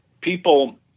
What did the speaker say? People